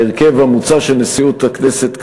ההרכב המוצע של נשיאות הכנסת,